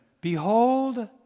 Behold